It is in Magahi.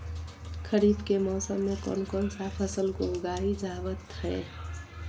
खरीफ के मौसम में कौन कौन सा फसल को उगाई जावत हैं?